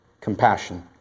compassion